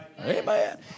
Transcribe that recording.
Amen